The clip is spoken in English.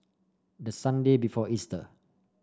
the Sunday before Easter